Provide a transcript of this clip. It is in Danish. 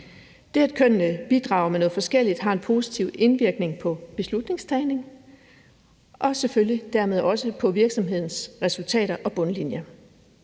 Det, at kønnene bidrager med noget forskelligt, har en positiv indvirkning på beslutningstagning og dermed selvfølgelig også på virksomhedens resultater og bundlinje.